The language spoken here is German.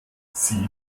sie